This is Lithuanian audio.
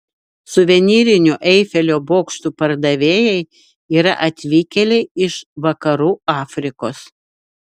suvenyrinių eifelio bokštų pardavėjai yra atvykėliai iš vakarų afrikos